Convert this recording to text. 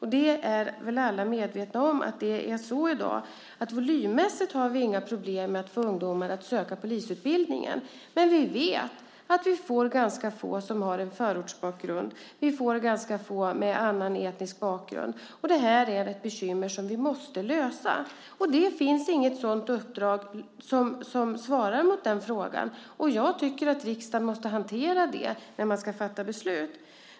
Alla är väl medvetna om att det är så i dag att volymmässigt har vi inga problem med att få ungdomar att söka till polisutbildningen, men vi får ganska få som har en förortsbakgrund och ganska få med annan etnisk bakgrund. Det är ett bekymmer som vi måste lösa. Det finns inget uppdrag som svarar mot den frågan. Jag tycker att riksdagen måste hantera det när man ska fatta beslut.